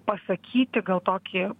pasakyti gal tokį